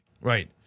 right